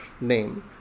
name